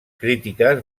crítiques